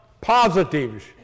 positives